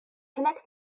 connects